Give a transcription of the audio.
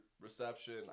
reception